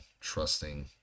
trusting